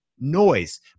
noise